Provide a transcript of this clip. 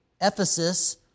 Ephesus